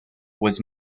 was